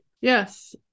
Yes